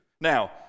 Now